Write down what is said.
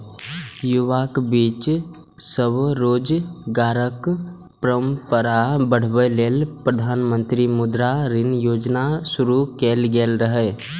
युवाक बीच स्वरोजगारक परंपरा बढ़ाबै लेल प्रधानमंत्री मुद्रा ऋण योजना शुरू कैल गेल रहै